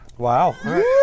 Wow